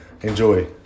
enjoy